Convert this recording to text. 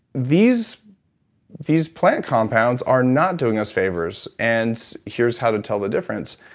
these these plant compounds are not doing us favors, and here's how to tell the difference.